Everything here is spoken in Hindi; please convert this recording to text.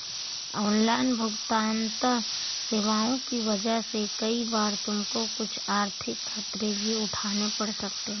ऑनलाइन भुगतन्न सेवाओं की वजह से कई बार तुमको कुछ आर्थिक खतरे भी उठाने पड़ सकते हैं